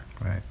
Right